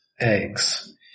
eggs